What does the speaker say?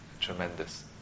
tremendous